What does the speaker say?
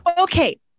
Okay